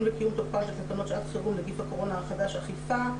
וקיום תוקפן של תקנות שעת חרום נגיף הקורונה החדש (אכיפה),